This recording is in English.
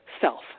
self